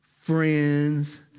friends